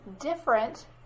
different